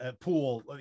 pool